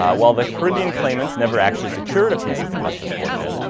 ah while the caribbean claimants never actually secured a piece of the custis fortune,